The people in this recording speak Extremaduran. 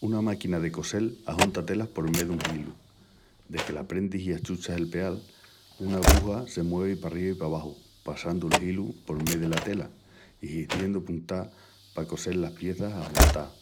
Una máquina de cosel ajunta telas por mé de hilu. Deque la prendis i achuchas el peal, una abuja se muevi parriba i pabaxu, passandu el hilu por mé dela tela i hiziendu puntás pa cosel las pieças ajuntás.